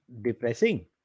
depressing